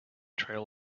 trail